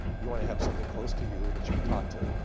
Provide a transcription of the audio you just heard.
you want to have something close to you, that you can talk to.